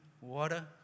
water